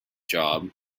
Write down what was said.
job